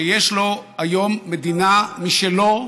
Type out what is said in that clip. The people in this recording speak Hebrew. שיש לו היום מדינה משלו,